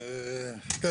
כן,